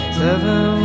seven